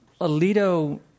Alito